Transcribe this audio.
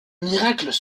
miracles